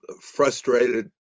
frustrated